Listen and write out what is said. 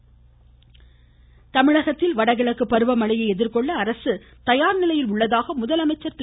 முதலமைச்சர் தமிழகத்தில் வடகிழக்கு பருவ மழையை எதிர்கொள்ள அரசு தயார் நிலையில் இருப்பதாக முதலமைச்சர் திரு